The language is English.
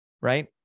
right